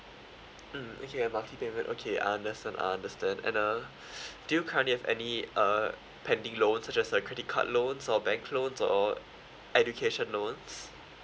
mm okay a bulky payment okay I understand I understand and uh do you currently have any uh pending loans such as like credit card loans or bank loans or education loans